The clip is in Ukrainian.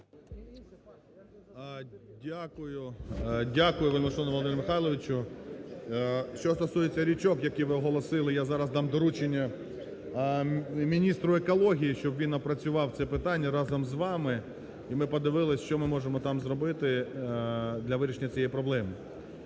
Володимире Михайловичу! Що стосується річок, які ви оголосили, я зараз дам доручення міністру екології, щоб він опрацював це питання разом з вами і ми подивились, що ми можемо там зробити для вирішення цієї проблеми.